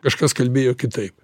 kažkas kalbėjo kitaip